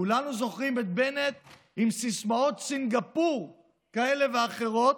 כולנו זוכרים את בנט עם סיסמאות סינגפור כאלה ואחרות,